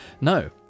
No